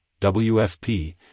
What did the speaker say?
WFP